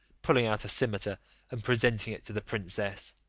pulling out a cimeter and presenting it to the princess,